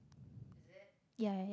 ya ya ya